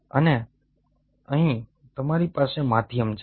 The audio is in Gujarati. અને અહીં તમારી પાસે માધ્યમ છે